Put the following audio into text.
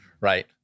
right